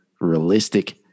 realistic –